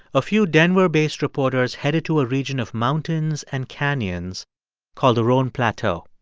a few denver-based reporters headed to a region of mountains and canyons called the roan plateau.